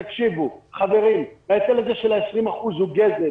תקשיבו, חברים, ההיטל הזה של ה-20% הוא גזל.